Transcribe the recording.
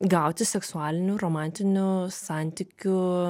gauti seksualinių romantinių santykių